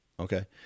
Okay